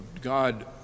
God